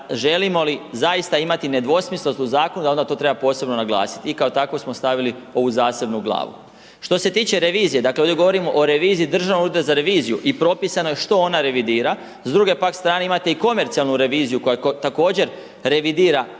želimo li zaista imati nedvosmislenost zakona da onda to treba posebno naglasiti i kao tako smo stavili ovu zasebnu glavu. Što se tiče revizije, dakle ovdje govorimo o reviziji Državnog ureda za reviziju i propisano što ona revidira, s druge pak strane imate i komercijalnu reviziju koja također revidira